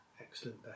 excellent